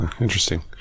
interesting